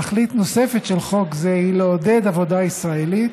תכלית נוספת של חוק זה היא לעודד עבודה ישראלית